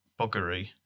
buggery